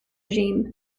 regime